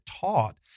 taught